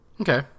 Okay